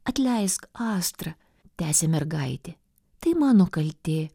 atleisk astra tęsė mergaitė tai mano kaltė